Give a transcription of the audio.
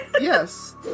yes